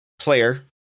Player